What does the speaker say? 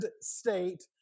state